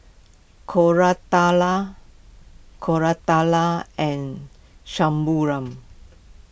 Koratala Koratala and